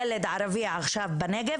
ילד ערבי עכשיו בנגב,